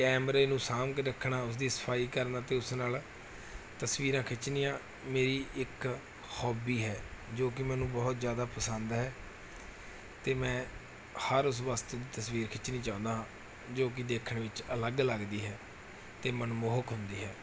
ਕੈਮਰੇ ਨੂੰ ਸਾਂਭ ਕੇ ਰੱਖਣਾ ਉਸ ਦੀ ਸਫਾਈ ਕਰਨਾ ਅਤੇ ਉਸ ਨਾਲ ਤਸਵੀਰਾਂ ਖਿੱਚਣੀਆਂ ਮੇਰੀ ਇੱਕ ਹੋਬੀ ਹੈ ਜੋ ਕਿ ਮੈਨੂੰ ਬਹੁਤ ਜ਼ਿਆਦਾ ਪਸੰਦ ਹੈ ਅਤੇ ਮੈਂ ਹਰ ਉਸ ਵਸਤੂ ਦੀ ਤਸਵੀਰ ਖਿੱਚਣੀ ਚਾਹੁੰਦਾ ਹਾਂ ਜੋ ਕਿ ਦੇਖਣ ਵਿੱਚ ਅਲੱਗ ਲੱਗਦੀ ਹੈ ਅਤੇ ਮਨਮੋਹਕ ਹੁੰਦੀ ਹੈ